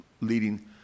leading